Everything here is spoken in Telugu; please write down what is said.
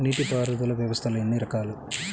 నీటిపారుదల వ్యవస్థలు ఎన్ని రకాలు?